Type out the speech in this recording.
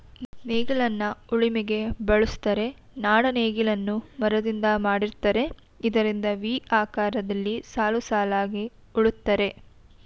ನೇಗಿಲನ್ನ ಉಳಿಮೆಗೆ ಬಳುಸ್ತರೆ, ನಾಡ ನೇಗಿಲನ್ನ ಮರದಿಂದ ಮಾಡಿರ್ತರೆ ಇದರಿಂದ ವಿ ಆಕಾರದಲ್ಲಿ ಸಾಲುಸಾಲಾಗಿ ಉಳುತ್ತರೆ